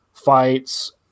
fights